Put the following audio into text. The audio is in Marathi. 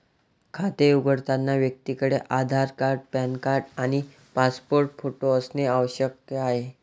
खाते उघडताना व्यक्तीकडे आधार कार्ड, पॅन कार्ड आणि पासपोर्ट फोटो असणे आवश्यक आहे